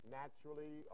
naturally